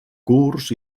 curts